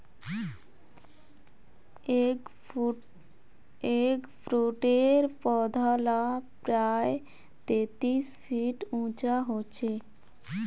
एगफ्रूटेर पौधा ला प्रायः तेतीस फीट उंचा होचे